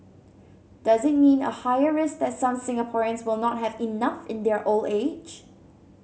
does it mean a higher risk that some Singaporeans will not have enough in their old age